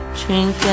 drink